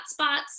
hotspots